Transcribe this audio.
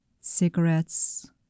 cigarettes